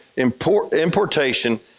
importation